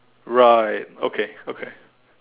right okay okay